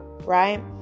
right